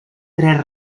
tres